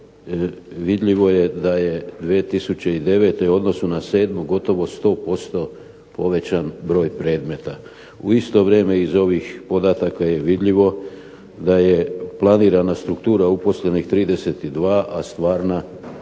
vidljivo je da je 2009. u odnosu na 2007. gotovo 100% povećan broj predmeta. U isto vrijeme iz ovih podataka je vidljivo da je planirana struktura uposlenih 32, a stvarna